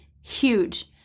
huge